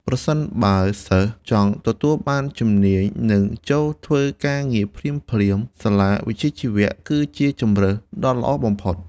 ប្រសិនបើសិស្សចង់ទទួលបានជំនាញនិងចូលធ្វើការងារភ្លាមៗ សាលាវិជ្ជាជីវៈគឺជាជម្រើសដ៏ល្អបំផុត។